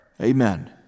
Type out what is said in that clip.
Amen